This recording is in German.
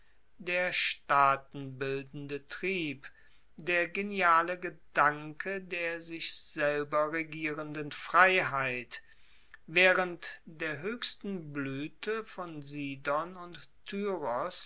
der staatenbildende trieb der geniale gedanke der sich selber regierenden freiheit waehrend der hoechsten bluete von sidon und tyros